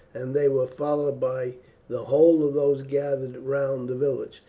and they were followed by the whole of those gathered round the village.